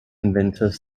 inventors